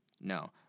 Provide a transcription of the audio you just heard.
No